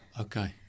Okay